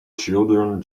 children